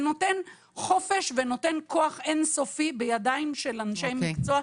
זה נותן חופש וכוח אין סופי בידיים של אנשי מקצוע,